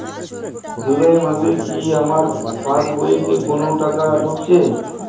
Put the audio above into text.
জুলাই মাসে কি আমার পাসবইতে কোনো টাকা ঢুকেছে?